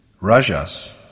Rajas